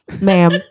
ma'am